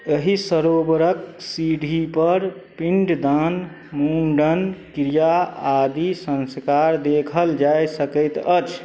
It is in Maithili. एहि सरोवरक सीढ़ीपर पिण्डदान मुण्डन क्रिया आदि संस्कार देखल जा सकैत अछि